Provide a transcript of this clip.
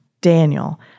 Daniel